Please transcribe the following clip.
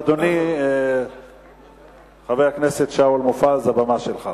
אדוני, חבר הכנסת שאול מופז, הבמה שלך.